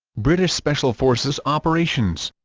british special forces operations